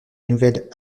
nouvelle